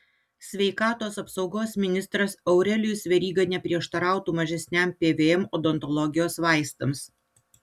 sveikatos apsaugos ministras aurelijus veryga neprieštarautų mažesniam pvm odontologijos vaistams